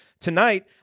Tonight